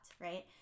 Right